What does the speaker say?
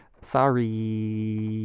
Sorry